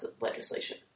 legislation